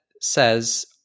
says